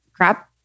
Crap